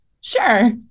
Sure